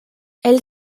elle